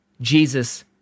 Jesus